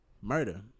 murder